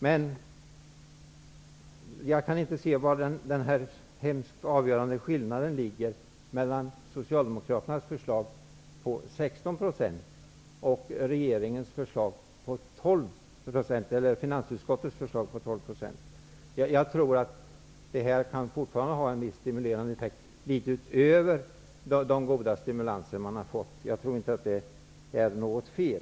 Men jag kan inte se var den hemskt avgörande skillnaden ligger mellan Socialdemokraternas förslag på 16 % och finansutskottets förslag på 12 %. Jag tror att den lägre procentsatsen kan ha en viss stimulerande effekt utöver de goda stimulanser branschen har fått. Jag tror inte att det är något fel.